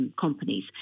companies